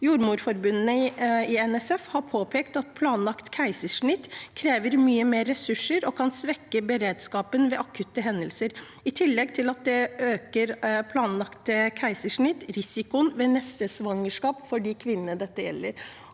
Jordmorforbundet i NSF har påpekt at planlagte keisersnitt krever mye mer ressurser og kan svekke beredskapen ved akutte hendelser, i tillegg til at planlagte keisersnitt øker risikoen ved neste svangerskap for de kvinnene dette gjelder.